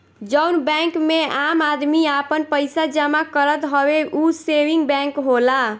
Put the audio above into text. जउन बैंक मे आम आदमी आपन पइसा जमा करत हवे ऊ सेविंग बैंक होला